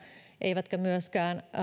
eivätkä myöskään